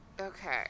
okay